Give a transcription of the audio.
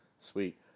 Sweet